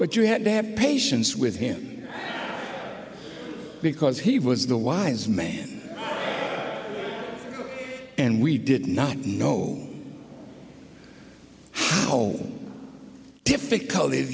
but you had to have patience with him because he was the wise man and we did not know difficulty it